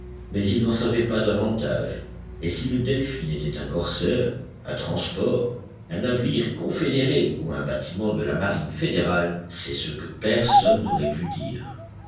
mais ils n'en savaient pas davantage et si le delphin était un corsaire un transport un navire confédéré ou un bâtiment de la marine fédérale c'est ce que personne n'aurait pu dire